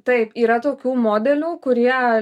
taip yra tokių modelių kurie